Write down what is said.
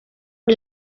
por